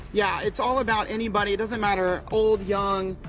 yeah. it's all about anybody, doesn't matter, old, young,